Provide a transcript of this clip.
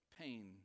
pain